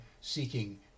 seeking